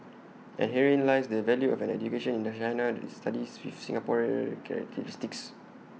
and herein lies the value of an education in China studies with Singapore characteristics